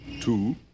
Two